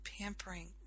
Pampering